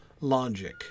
logic